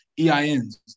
EINs